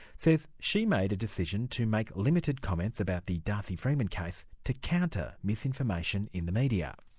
says she made a decision to make limited comments about the darcy freeman case to counter misinformation in the media.